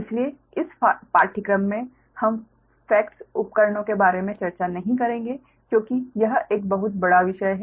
इसलिए इस पाठ्यक्रम में हम FACTS उपकरणों के बारे में चर्चा नहीं करेंगे क्योंकि यह एक बहुत बड़ा विषय है